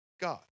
God